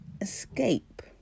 escape